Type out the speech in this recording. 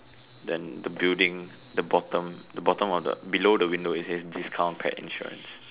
then the building the bottom the bottom of the below the window it says discount paired insurance